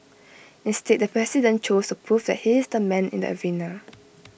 instead the president chose to prove that he is the man in the arena